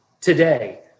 today